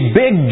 big